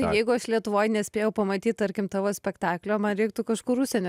jeigu aš lietuvoj nespėjau pamatyt tarkim tavo spektaklio man reiktų kažkur užsienio